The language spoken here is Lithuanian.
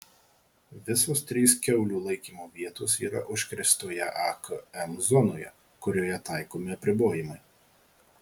visos trys kiaulių laikymo vietos yra užkrėstoje akm zonoje kurioje taikomi apribojimai